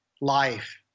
life